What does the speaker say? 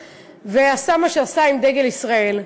ועשה מה שעשה עם דגל ישראל.